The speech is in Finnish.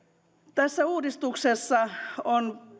tässä uudistuksessa on